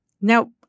Now